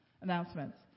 announcements